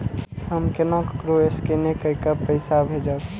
हम केना ककरो स्केने कैके पैसा भेजब?